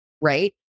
Right